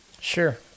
Sure